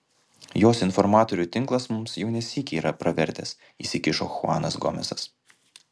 jos informatorių tinklas mums jau ne sykį yra pravertęs įsikišo chuanas gomesas